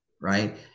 right